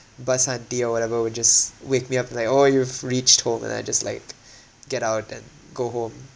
bus auntie or whatever would just wake me up and like oh you've reached home and I just like get out and go home